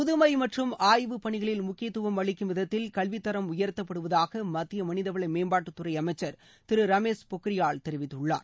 புதுமை மற்றும் ஆய்வு பணிகளில் முக்கியத்துவம் அளிக்கும் விதத்தில் கல்வித்தரம் உயர்த்தப்படுவதாக மத்திய மனிதவள மேம்பாட்டுத் துறை அமைச்சள் திரு ரமேஷ் பொகியா தெரிவித்துள்ளார்